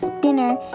dinner